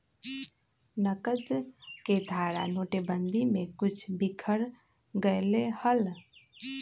नकद के धारा नोटेबंदी में कुछ बिखर गयले हल